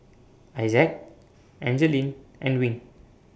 Isaak Angeline and Wing